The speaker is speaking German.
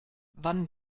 wann